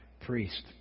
priest